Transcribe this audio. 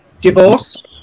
Divorce